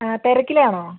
ആ തിരക്കിലാണോ